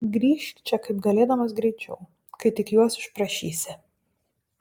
grįžk čia kaip galėdamas greičiau kai tik juos išprašysi